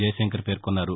జైశంకర్ పేర్కొన్నారు